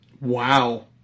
Wow